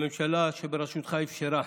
הממשלה שבראשותך אפשרה